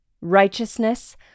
righteousness